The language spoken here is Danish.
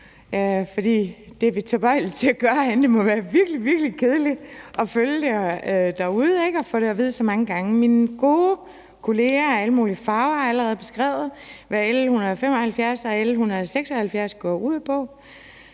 det må være virkelig, virkelig kedeligt at følge det derude og få det at vide så mange gange. Mine gode kolleger af alle mulige farver har allerede beskrevet, hvad L 175 og L 176 går ud på,